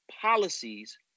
policies